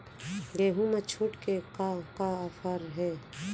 गेहूँ मा छूट के का का ऑफ़र हे?